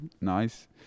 nice